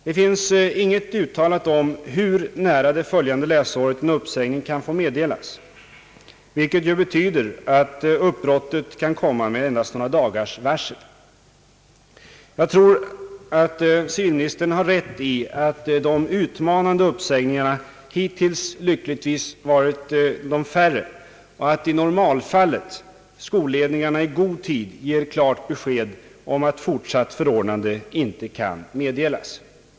Det finns inget uttalat om hur nära det följande läsåret en uppsägning kan få meddelas, vilket betyder att avbrottet i anställningen kan komma med endast några dagars varsel. Jag tror att civilministern har rätt i att de utmanande uppsägningarna hittills lyckligtvis endast varit ett fåtal, och att i normalfallet skolledningarna i god tid ger klart besked om att fortsatt förordnande inte kan meddelas.